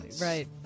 right